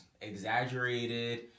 exaggerated